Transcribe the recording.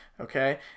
okay